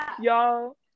Y'all